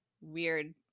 weird